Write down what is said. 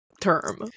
term